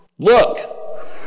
look